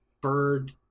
bird